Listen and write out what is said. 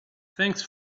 thanks